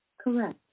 Correct